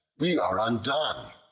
we are undone.